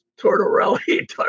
Tortorelli